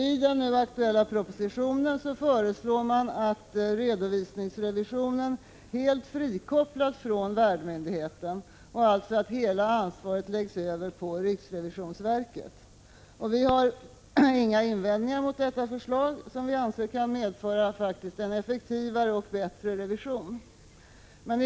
I propositionen föreslås att redovisningsrevisionen helt frikopplas från värdmyndigheten och att hela ansvaret läggs över på riksrevisionsverket. Vi har inga invändningar mot detta förslag, som vi anser kan medföra en effektivare och bättre revision.